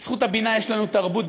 בזכות הבינה יש לנו תרבות,